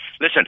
Listen